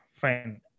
Fine